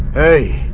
a